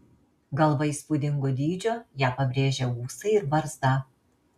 galva įspūdingo dydžio ją pabrėžia ūsai ir barzda